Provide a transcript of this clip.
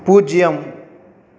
பூஜ்யம்